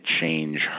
change